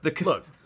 look